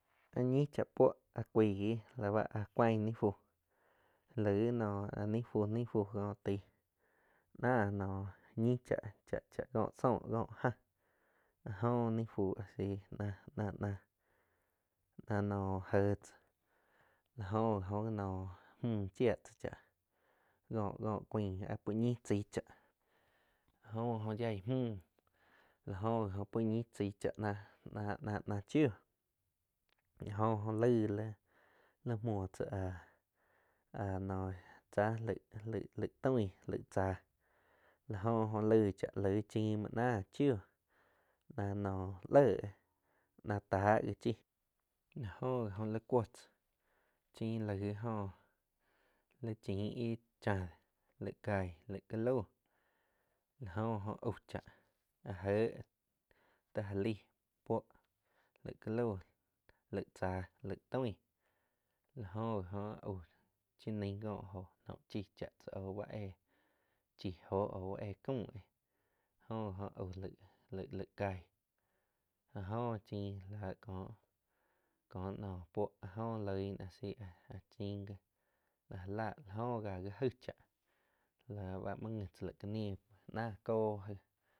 Áhh ñih cha puohh áh cuaig la báh cuaig nii fúh lai no áh nain fu, ni fu ko taig náh noh ñi cha-cha kó ssóh ko áhh áh jo ni fú a si nah-nah, nah no je tzá la jo ji oh noh mju chia tzá cháa co-co cuain áh puo ñi chai chá la oh ji yaig mju la jo gi oh puo ñi chaig cha náh-nah, nah chiuh la oh jo laig li, li muoh tzá áh no tzáh lai toig laig cháh la jo oh laig cháh laig chimm muo náh chiu ná nho leh náh táh gi chii la jo ji oh li cuo tzáh chiin laig jóh li chiin íh cháh laig caig, laig ká lau la oh ji ho au cháh áh jé ti ja lai puo lai ká lau lai tzáh laig toig la jo gi oh cha naing ko jo noh chi cha tzá au báh éh chi jo au éh caum éh jo gii oh aú laig-laig caig áh jóh chiin láh ko naum puoh óh jo loig ná áh sí áh chin gui la jala la la goh ji aig cháh la ba muoh nji tsá la ca níh náh ko jóh